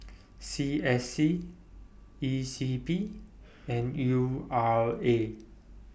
C S C E C P and U R A